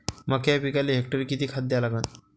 मक्याच्या पिकाले हेक्टरी किती खात द्या लागन?